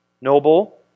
noble